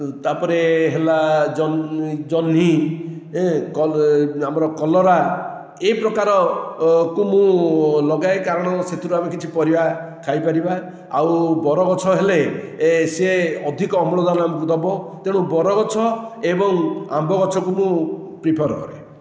ତାପରେ ହେଲା ଜହ୍ନି ଓ ଆମର କଲରା ଏ ପ୍ରକାରକୁ ମୁଁ ଲଗାଏ କାରଣ ସେଥିରୁ ଆମେ କିଛି ପରିବା ଖାଇପାରିବା ଆଉ ବରଗଛ ହେଲେ ଏ ସେ ଅଧିକ ଅମ୍ଳଜାନ ଦେବ ତେଣୁ ବରଗଛ ଏବଂ ଆମ୍ବଗଛକୁ ମୁଁ ପ୍ରିଫର କରେ